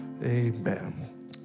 Amen